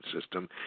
system